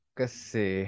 kasi